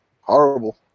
horrible